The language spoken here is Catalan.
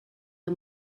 amb